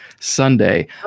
Sunday